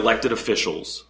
elected officials